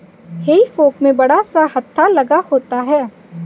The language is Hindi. हेई फोक में बड़ा सा हत्था लगा होता है